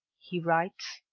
he writes.